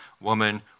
woman